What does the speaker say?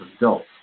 adults